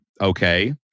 okay